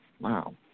wow